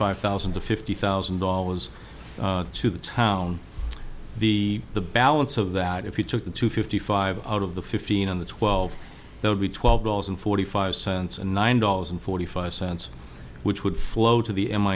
five thousand to fifty thousand dollars to the town the the balance of that if you took the two fifty five out of the fifteen on the twelve there would be twelve dollars and forty five cents and nine dollars and forty five cents which would flow to the m